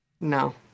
No